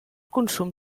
consum